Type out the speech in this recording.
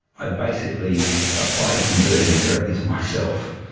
ah basically applied conversion therapy to myself.